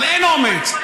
אבל אין אומץ,